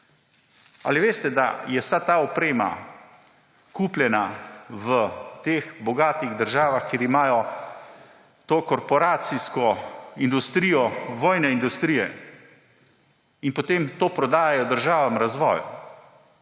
Ali veste, da je vsa ta oprema kupljena v teh bogatih državah, kjer imajo to korporacijsko industrijo vojne industrije in potem to prodajajo državam v razvoj